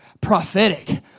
prophetic